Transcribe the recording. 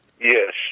Yes